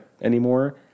anymore